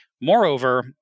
moreover